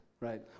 Right